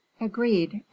agreed